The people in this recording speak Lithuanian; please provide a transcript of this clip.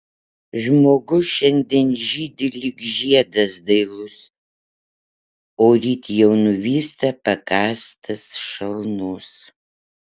žmogus šiandien žydi lyg žiedas dailus o ryt jau nuvysta pakąstas šalnos